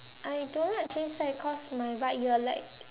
I don't like change side cause my right ear like